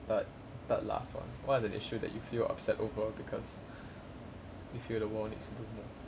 the third last one what is an issue that you feel upset overall because you feel the world needs you more